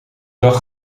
dag